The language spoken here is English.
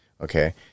okay